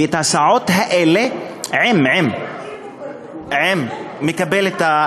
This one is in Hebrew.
ואת ההסעות האלה, "עם מוגבלויות", בבקשה.